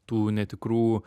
tų netikrų